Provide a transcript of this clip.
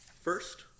First